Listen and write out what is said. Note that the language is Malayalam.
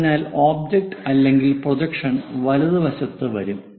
അതിനാൽ ഒബ്ജക്റ്റ് അല്ലെങ്കിൽ പ്രൊജക്ഷൻ വലതുവശത്ത് വരും